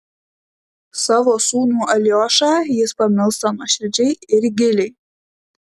savo sūnų aliošą jis pamilsta nuoširdžiai ir giliai